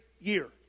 year